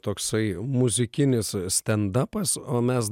toksai muzikinis stendapas o mes